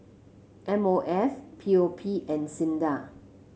M O F P O P and SINDA